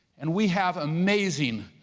and we have amazing,